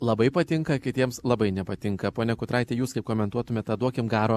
labai patinka kitiems labai nepatinka ponia kutraite jūs kaip komentuotumėt tą duokim garo